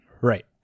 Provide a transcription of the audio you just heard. Right